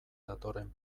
datorren